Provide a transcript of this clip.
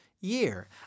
year